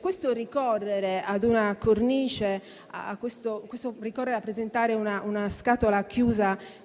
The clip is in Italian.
questo ricorrere a presentare una scatola vuota